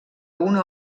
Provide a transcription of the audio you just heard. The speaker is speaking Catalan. una